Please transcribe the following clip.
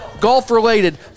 golf-related